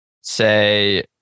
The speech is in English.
say